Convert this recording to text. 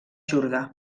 jordà